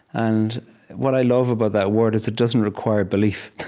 and what i love about that word is it doesn't require belief.